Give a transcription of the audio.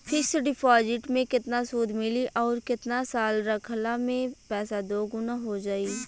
Fix deposit मे केतना सूद मिली आउर केतना साल रखला मे पैसा दोगुना हो जायी?